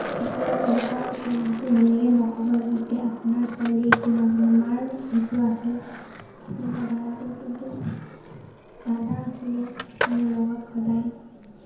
কেতিয়াও এনেকুৱা একো বেলেগে নক'ব যে আপোনাৰ ছোৱালীয়ে একো নাজানে মাৰ সেইটো আছিলে চিন্তাধাৰাটো কিন্তু দাদা আছিলে মোৰ লগত সদায়